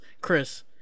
Chris